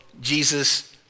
Jesus